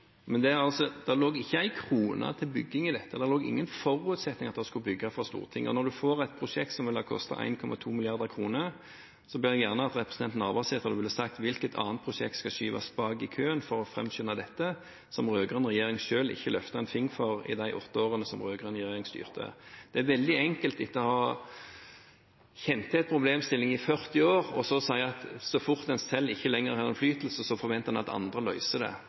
Det lå ikke inne en krone til bygging av dette; det lå ingen forutsetninger fra Stortinget for å bygge. Når en får et prosjekt som ville ha kostet 1,2 mrd. kr, ber jeg om at representanten Navarsete ville si hvilket annet prosjekt som skulle skyves bakover i køen for å framskynde dette, som den rød-grønne regjeringen ikke løftet en finger for i de åtte årene den rød-grønne regjeringen styrte. Etter å ha kjent til en problemstilling i 40 år er det veldig enkelt å forvente, så fort en selv ikke har innflytelse, at andre skal løse det. Jeg tror representanten Navarsete vet at det er litt mer komplisert enn som så. Vi har faktisk fulgt opp dette, men det